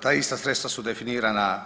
Ta ista sredstva su definirana